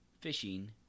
fishing